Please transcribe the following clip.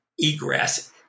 egress